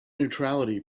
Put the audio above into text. neutrality